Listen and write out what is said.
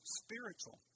spiritual